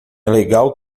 legal